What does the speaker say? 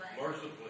Mercifully